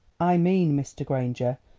i mean, mr. granger,